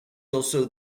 also